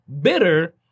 bitter